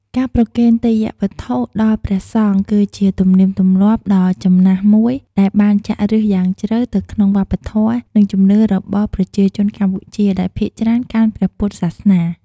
ការប្រគេនទេយ្យវត្ថុដល់ព្រះសង្ឃ គឺជាទំនៀមទម្លាប់ដ៏ចំណាស់មួយដែលបានចាក់ឫសយ៉ាងជ្រៅទៅក្នុងវប្បធម៌ និងជំនឿរបស់ប្រជាជនកម្ពុជា ដែលភាគច្រើនកាន់ព្រះពុទ្ធសាសនា។